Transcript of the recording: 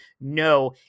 no